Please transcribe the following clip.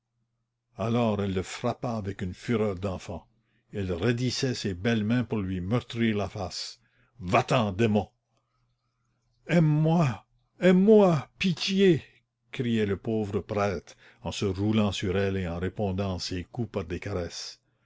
alors elle le frappa avec une fureur d'enfant elle raidissait ses belles mains pour lui meurtrir la face va-t'en démon aime-moi aime-moi pitié criait le pauvre prêtre en se roulant sur elle et en répondant à ses coups par des caresses